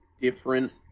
different